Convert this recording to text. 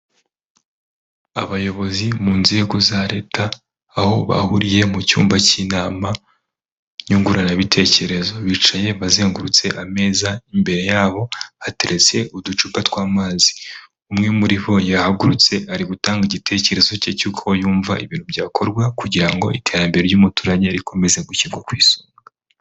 Abayobozi mu nzego za leta aho bahuriye mu cyumba cy'inama nyungurana bitekerezo bicaye bazengurutse ameza, imbere yaho hateretse uducupa tw'amazi, umwe muri bo yahagurutse ari gutanga igitekerezo cye cy'uko yumva ibintu byakorwa kugira ngo iterambere ry'umuturage rikomeze gushyirwa ku isonga.